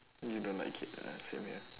you don't like it ah same here